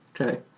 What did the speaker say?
Okay